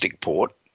port